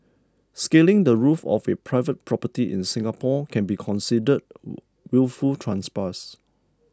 scaling the roof of a private property in Singapore can be considered wilful trespass